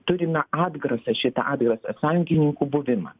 turime atgrasą šitą atgrasą sąjungininkų buvimą